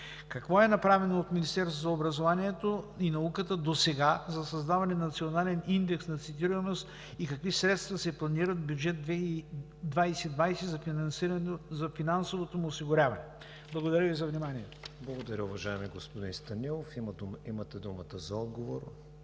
какво е направено от Министерството на образованието и науката досега за създаване на Национален индекс на цитираност и какви средства се планират в бюджет 2020 за финансовото му осигуряване? Благодаря Ви за вниманието. ПРЕДСЕДАТЕЛ КРИСТИАН ВИГЕНИН: Благодаря, уважаеми господин Станилов. Имате думата за отговор,